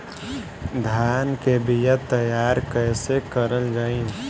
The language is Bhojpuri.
धान के बीया तैयार कैसे करल जाई?